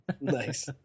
Nice